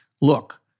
look